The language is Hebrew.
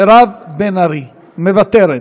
מירב בן ארי, מוותרת.